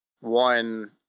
one